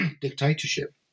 dictatorship